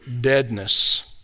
deadness